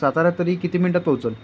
साताऱ्यात तरी किती मिनटात पोहोचल